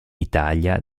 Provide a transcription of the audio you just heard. italia